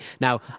Now